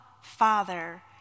Father